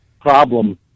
problem